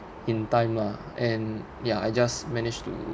in time lah and ya I just manage to